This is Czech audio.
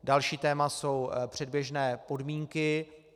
Další téma jsou předběžné podmínky.